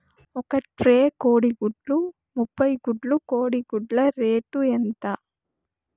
ఒక ట్రే కోడిగుడ్లు ముప్పై గుడ్లు కోడి గుడ్ల రేటు ఎంత?